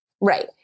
Right